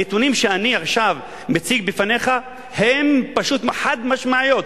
הנתונים שאני עכשיו מציג בפניך הם פשוט חד-משמעיים.